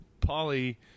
Polly